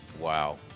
Wow